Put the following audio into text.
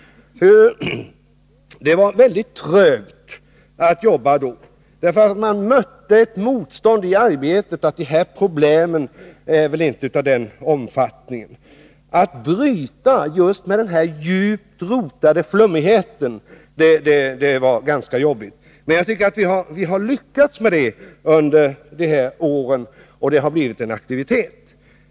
Det var väldigt trögt att jobba då, för man mötte ett motstånd i arbetet: ”De här problemen har väl inte så stor omfattning.” Att bryta med denna djupt rotade flummighet var ganska jobbigt. Men jag tycker att vi har lyckats med det under de här åren, och det har blivit en aktivitet.